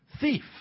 thief